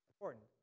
important